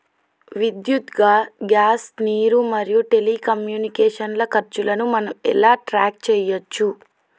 విద్యుత్ గ్యాస్ నీరు మరియు టెలికమ్యూనికేషన్ల ఖర్చులను మనం ఎలా ట్రాక్ చేయచ్చు?